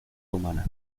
humana